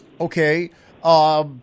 Okay